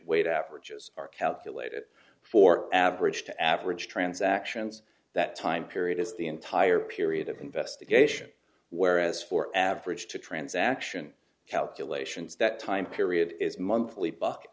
weight averages are calculated for average to average transactions that time period is the entire period of investigation whereas for average to transaction calculations that time period is monthly buck